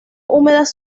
húmedas